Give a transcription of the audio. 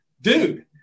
Dude